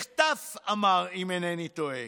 מחטף, אמר, אם אינני טועה.